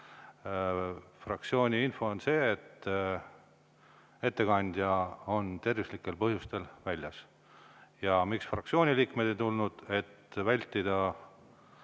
Fraktsiooni info on see, et ettekandja on tervislikel põhjustel väljas. Ja miks fraktsiooni liikmed ei tulnud? Et,